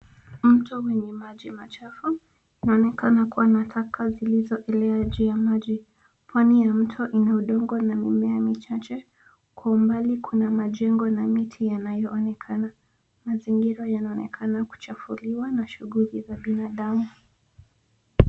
Mto wenye maji machafu inaonekana kuwa na taka zilizo elea juu ya maji. Pwani ya mto ina udongo na mimea michache, kwa umbali kuna miti na mijengo inayoonekana. Mazingira yanaonekana kuchafuliwa na shuguli za binadamu.